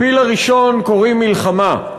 לפיל הראשון קוראים מלחמה.